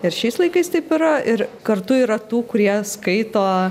ir šiais laikais taip yra ir kartu yra tų kurie skaito